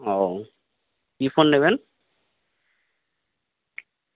ও কী ফোন নেবেন